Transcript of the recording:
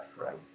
right